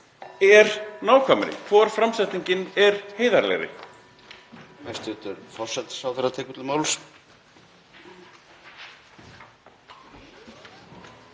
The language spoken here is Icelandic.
er nákvæmari? Hvor framsetningin er heiðarlegri?